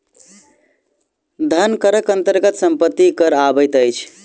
धन करक अन्तर्गत सम्पत्ति कर अबैत अछि